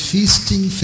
Feasting